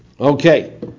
okay